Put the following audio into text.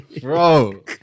Bro